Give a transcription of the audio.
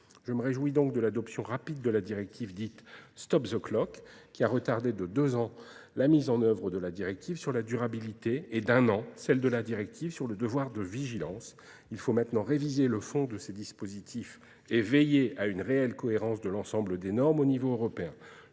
Je me réjouis donc de l'adoption rapide de la directive dite Stop the Clock, qui a retardé de deux ans la mise en œuvre de la directive sur la durabilité et d'un an celle de la directive sur le devoir de vigilance. Il faut maintenant réviser le fond de ces dispositifs et veiller à une réelle cohérence de l'ensemble des normes au niveau européen.